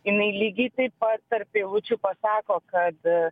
jinai lygiai taip pat tarp eilučių pasako kad